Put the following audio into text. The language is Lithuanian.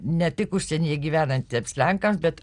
ne tik užsienyje gyvenantiems lenkams bet